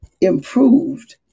improved